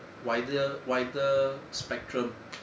wider wider spectrum